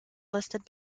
listed